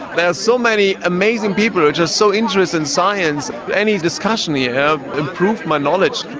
there are so many amazing people who are just so interested in science, any discussion here improved my knowledge.